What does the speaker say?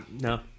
No